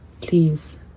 please